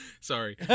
sorry